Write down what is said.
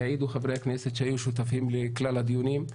יעידו חברי הכנסת שהיו שותפים לכלל הדיונים,